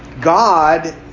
God